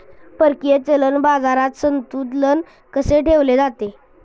परकीय चलन बाजारात संतुलन कसे ठेवले जाते?